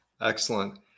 Excellent